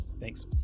thanks